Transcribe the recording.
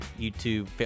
YouTube